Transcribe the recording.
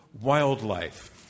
Wildlife